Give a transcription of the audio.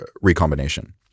recombination